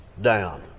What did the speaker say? down